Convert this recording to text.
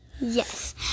yes